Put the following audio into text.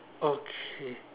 okay